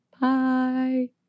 Bye